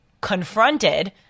confronted